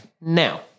Now